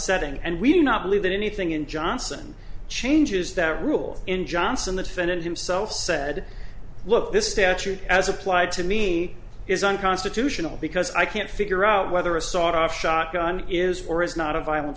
setting and we do not believe that anything in johnson changes that rule in johnson the defendant himself said look this statute as applied to me is unconstitutional because i can't figure out whether a sawed off shotgun is or is not a violent